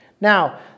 Now